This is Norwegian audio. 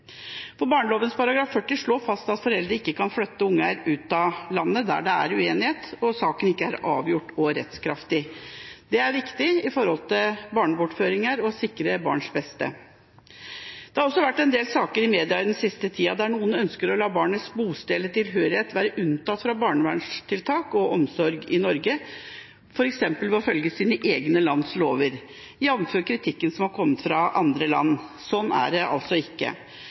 flyttemønster. Barneloven § 40 slår fast at foreldre ikke kan flytte barn ut av landet der det er uenighet, og saken ikke er «avgjort» og rettskraftig. Det er viktig med tanke på barnebortføringer og å sikre barns beste. Det har vært en del saker i media i den siste tida der noen ønsker å la barnets bosted eller tilhørighet være unntatt fra barnevernstiltak og omsorg i Norge, f.eks. ved å følge egne lands lover – jf. kritikken som er kommet fra andre land. Sånn er det altså ikke.